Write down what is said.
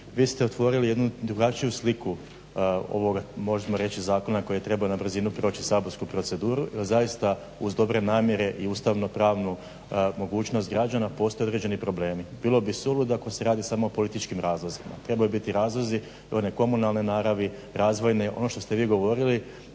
vi ste otvorili jednu drugačiju sliku ovoga, možemo reći zakona koji je trebao na brzinu proći saborsku proceduru. Evo zaista uz dobre namjere i ustavno pravnu mogućnost građana postoje određeni problemi. Bilo bi suludo ako se radi samo o političkim razlozima, trebaju biti razlozi brojne komunalne naravi, razvojne. Ono što ste vi govorili